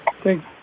Thank